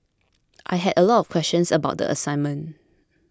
I had a lot of questions about the assignment